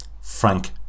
Frank